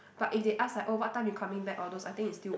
but if they ask like oh what time you coming back all those I think it' still